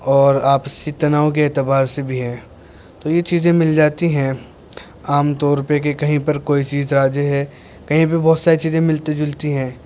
اور آپسی تناؤ کے اعتبار سے بھی ہیں تو یہ چیزیں مل جاتی ہیں عام طور پہ کہ کہیں پر کوئی چیز راجے ہے کہیں پہ بہت ساری چیزیں ملتی جلتی ہیں